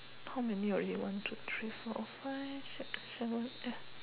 how many already one two three four five six seven eight